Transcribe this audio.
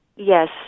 Yes